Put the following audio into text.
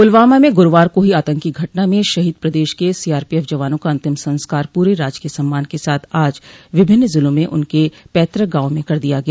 पुलवामा में गुरूवार को हुई आतंकी घटना में शहीद प्रदेश के सीआरपीएफ जवानों का अंतिम संस्कार पूरे राजकीय सम्मान के साथ आज विभिन्न जिलों में उनके पैतृक गांवों में कर दिया गया